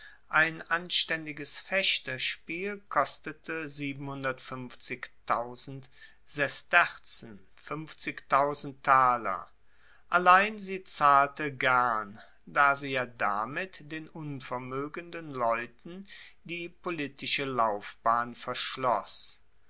ein anstaendiges fechterspiel kostete sezen allein sie zahlte gern da sie ja damit den unvermoegenden leuten die politische laufbahn verschloss